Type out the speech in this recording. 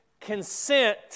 consent